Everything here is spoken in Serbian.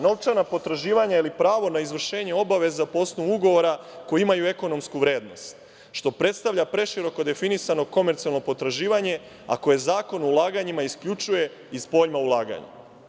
Novčana potraživanja ili pravo na izvršenje obaveza po osnovu ugovora koji imaju ekonomsku vrednost što predstavlja preširoko definisano komercionalno potraživanje, a koje Zakon o ulaganjima isključuje iz pojma ulaganja.